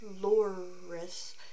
Loris